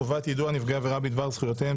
חובת יידוע נפגעי עבירה בדבר זכויותיהם),